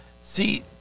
see